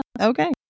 okay